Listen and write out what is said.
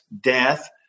death